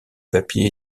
papier